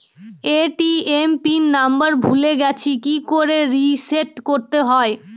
ATM PIN number ভুলে গেছি কি করে রিসেট করতে হয়?